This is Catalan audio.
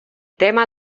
témer